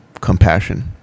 compassion